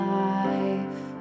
life